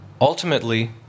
ultimately